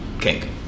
Cake